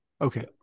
Okay